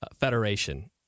Federation